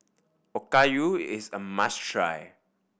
okayu is a must try